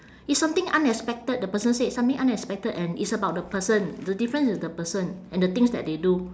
it's something unexpected the person say something unexpected and it's about the person the difference is the person and the things that they do